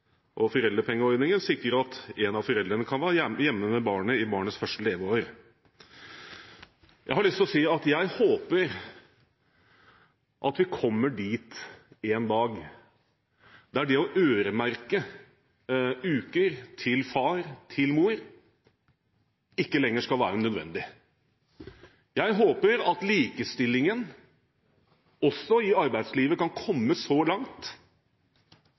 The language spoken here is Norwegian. og foreldrepengeordningen sikrer at en av foreldrene kan være hjemme med barnet i barnets første leveår. Jeg har lyst til å si at jeg håper vi kommer dit en dag, der det å øremerke uker til far og til mor ikke lenger skal være nødvendig. Jeg håper at likestillingen, også i arbeidslivet, kan komme så langt